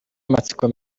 amatsiko